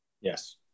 Yes